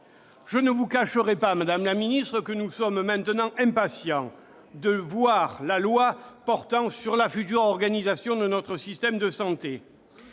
Je ne vous cacherai pas, madame la ministre, que nous sommes impatients de voir la loi relative à la future organisation de notre système de santé.